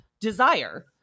desire